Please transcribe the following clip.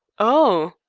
oh!